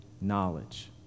knowledge